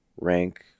rank